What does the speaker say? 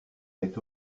est